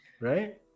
right